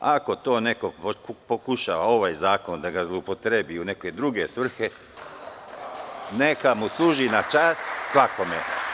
Ako neko pokušava ovaj zakon da zloupotrebi u neke druge svrhe, neka mu služi na čast, svakome.